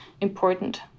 important